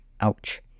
Ouch